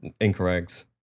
incorrect